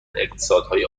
اقتصادهای